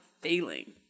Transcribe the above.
failing